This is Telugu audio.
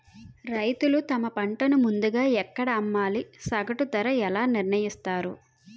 రైతులు తమ పంటను ముందుగా ఎక్కడ అమ్మాలి? సగటు ధర ఎలా నిర్ణయిస్తారు?